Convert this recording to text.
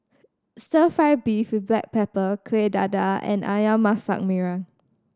Stir Fry beef with black pepper Kuih Dadar and Ayam Masak Merah